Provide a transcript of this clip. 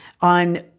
on